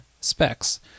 specs